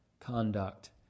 conduct